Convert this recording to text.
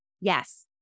Yes